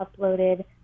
uploaded